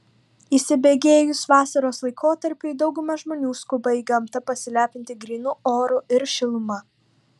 įsibėgėjus vasaros laikotarpiui dauguma žmonių skuba į gamtą pasilepinti grynu oru ir šiluma